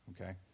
Okay